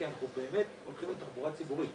כי אנחנו באמת הולכים לתחבורה ציבורית.